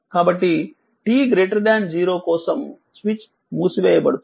కాబట్టి t 0 కోసం switch మూసివేయబడుతుంది